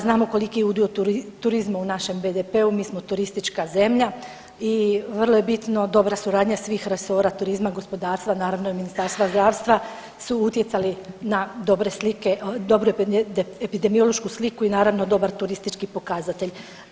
Znamo koliki je udio turizma u našem BDP-u, mi smo turistička zemlja i vrlo je bitno dobra suradnja svih resora turizma, gospodarstva, naravno i Ministarstva zdravstva su utjecali na dobru epidemiološku sliku i naravno dobar turistički pokazatelj.